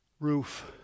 roof